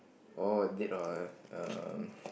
oh dead lord ah um